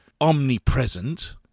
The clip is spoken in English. omnipresent